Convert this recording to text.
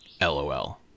LOL